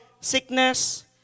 sickness